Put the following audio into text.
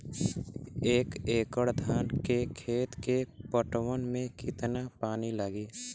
एक एकड़ धान के खेत के पटवन मे कितना पानी लागि?